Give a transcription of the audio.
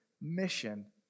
mission